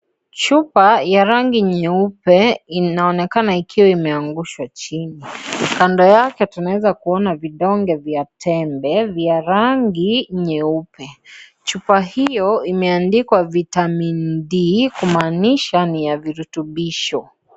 Chupa ya rangi nyeupe inaonekana ikiwa imeangushwa chini kando yake tunaweza kuona vidonge vya tembe vya rangi nyeupe, chupa hiyo imeandikwa vitamin d kumanisha ni ya virutubisho.